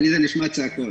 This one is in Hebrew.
אצלי זה נשמע צעקות.